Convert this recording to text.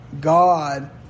God